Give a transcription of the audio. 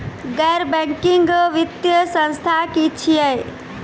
गैर बैंकिंग वित्तीय संस्था की छियै?